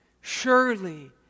Surely